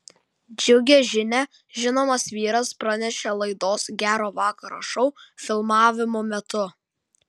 džiugią žinią žinomas vyras pranešė laidos gero vakaro šou filmavimo metu